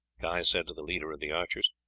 guy said to the leader of the archers.